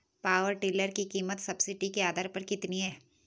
Power tiller की कीमत subsidy के आधार पर कितनी है?